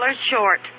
short